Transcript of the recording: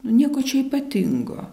nu nieko čia ypatingo